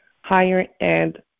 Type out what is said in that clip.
higher-end